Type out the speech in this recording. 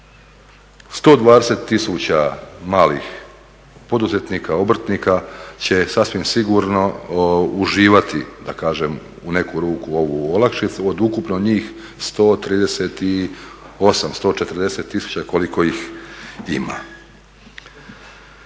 120 000 malih poduzetnika, obrtnika će sasvim sigurno uživati da kažem u neku ruku ovu olakšicu od ukupno njih 138, 140 tisuća koliko ih ima.